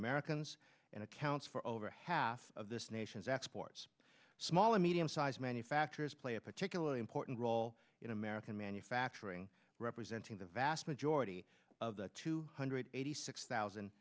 americans and accounts for over half of this nation's exports small and medium sized manufacturers play a particularly important role in american manufacturing representing the vast majority of the two hundred eighty six thousand